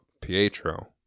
pietro